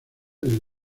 del